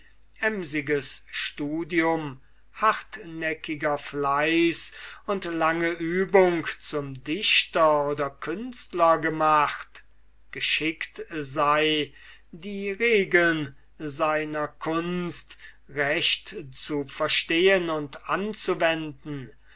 studium hartnäckiger fleiß und lange übung zum dichter oder künstler gemacht geschickt sei die regeln seiner kunst recht zu verstehen und anzuwenden